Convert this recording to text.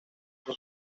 eso